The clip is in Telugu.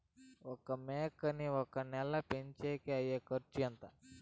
ఒక మేకని ఒక నెల పెంచేకి అయ్యే ఖర్చు ఎంత?